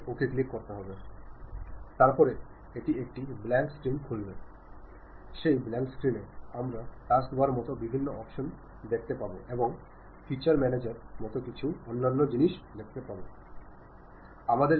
ആശയവിനിമയത്തെക്കുറിച്ച് പ്രശസ്ത നാടകകൃത്തായ Bernard Shaw പറയുന്നത് 'ആശയവിനിമയത്തിലെ ഏറ്റവും വലിയ പ്രശ്നം അത് പൂർത്തീകരിച്ചു എന്ന മിഥ്യാധാരണയാണ് എന്നതാണ്